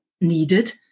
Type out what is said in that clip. needed